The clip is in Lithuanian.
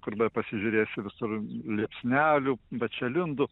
kur bepasižiūrėsi visur liepsnelių bačelindų